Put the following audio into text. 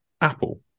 Apple